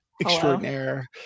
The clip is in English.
extraordinaire